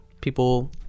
people